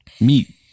Meat